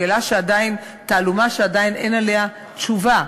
שאלה, תעלומה שעדיין אין עליה תשובה.